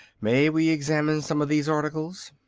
may we examine some of these articles?